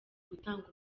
gutanga